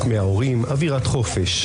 מיזם החופים שנקרא